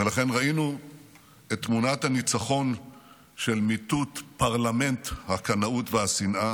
ולכן ראינו את תמונת הניצחון של מיטוט פרלמנט הקנאות והשנאה